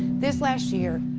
this last year,